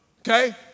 okay